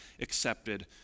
accepted